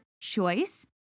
choice